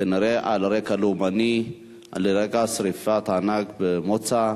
כנראה על רקע לאומני, על רקע שרפת הענק במוצא,